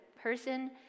person